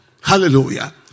Hallelujah